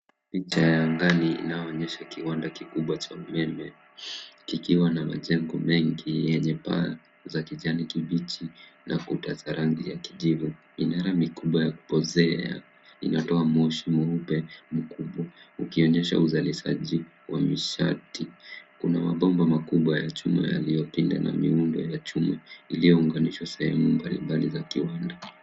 Picha ya ndani inayoonyesha kiwanda kikubwa cha umeme kikiwa na majengo mengi yenye paa za kijani kibichi na kuta za rangi za kijivu. Minara mikubwa ya kupozea inatoa moshi mweupe mkubwa ukionyesha uzalishaji wa nishati. Kuna mabomba makubwa ya chuma yaliyopinda na miundo ya chuma iliyounganisha sehemu mbalimbali za kiwanda.